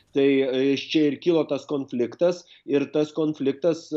tai iš čia ir kilo tas konfliktas ir tas konfliktas